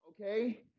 okay